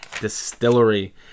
Distillery